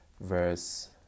verse